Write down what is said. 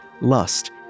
lust